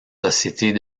sociétés